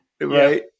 Right